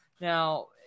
Now